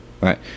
right